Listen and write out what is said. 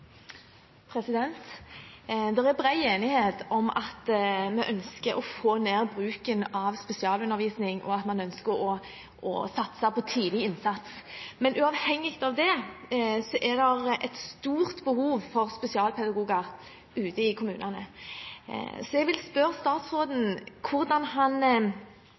enighet om at vi ønsker å få ned bruken av spesialundervisning, og at man ønsker å satse på tidlig innsats. Men uavhengig av det er det et stort behov for spesialpedagoger ute i kommunene. Så jeg vil spørre statsråden hvordan han